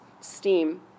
steam